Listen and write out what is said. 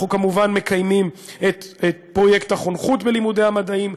כמובן מקיימים את פרויקט החונכות בלימודי המדעים,